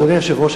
אדוני היושב-ראש,